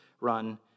run